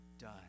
done